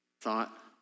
thought